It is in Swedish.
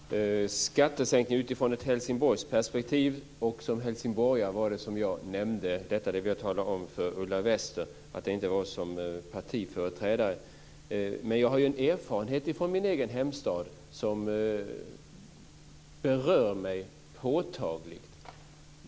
Fru talman! När det gäller skattesänkningar utifrån ett Helsingborgsperspektiv var det som helsingborgare som jag nämnde detta och inte som partiföreträdare, det vill jag tala om för Ulla Wester. Men jag har erfarenheter från min egen hemstad som berör mig påtagligt.